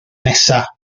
nesaf